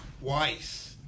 twice